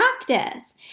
practice